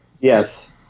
Yes